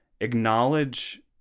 acknowledge